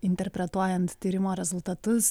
interpretuojant tyrimo rezultatus